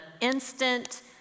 instant